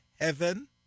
heaven